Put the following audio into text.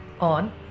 on